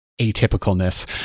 atypicalness